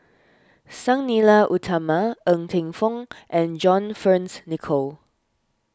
Sang Nila Utama Ng Teng Fong and John Fearns Nicoll